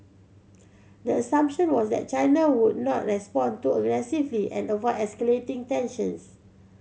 the assumption was that China would not respond too aggressively and avoid escalating tensions